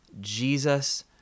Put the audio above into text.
Jesus